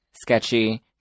sketchy